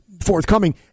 forthcoming